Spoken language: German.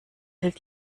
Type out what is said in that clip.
hält